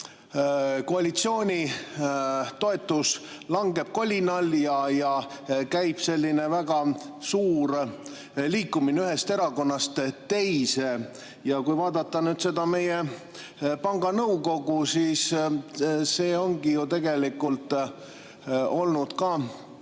koalitsiooni toetus langeb kolinal ja käib selline väga suur liikumine ühest erakonnast teise. Ja kui vaadata nüüd seda meie panga nõukogu, siis see on tegelikult muutunud